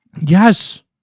Yes